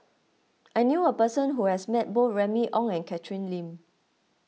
I knew a person who has met both Remy Ong and Catherine Lim